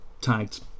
tagged